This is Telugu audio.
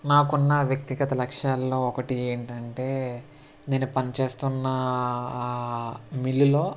నాకున్న వ్యక్తిగత లక్ష్యాల్లో ఒకటి ఏంటంటే నేను పనిచేస్తున్న మిల్లులో